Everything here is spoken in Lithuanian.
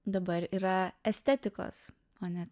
dabar yra estetikos o ne